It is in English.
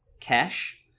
cash